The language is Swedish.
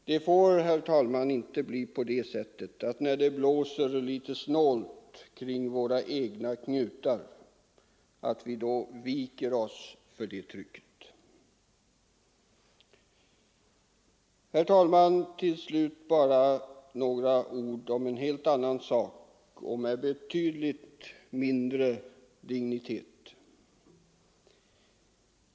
Det får, herr talman, inte bli på det sättet att vi, när det blåser litet snålt kring våra egna knutar, viker oss för det trycket. Herr talman! Till slut vill jag bara säga några ord om en helt annan sak av betydligt lägre dignitet.